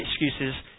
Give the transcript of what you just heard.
excuses